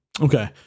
Okay